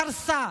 קרסה,